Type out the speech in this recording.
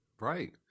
Right